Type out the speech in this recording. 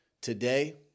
today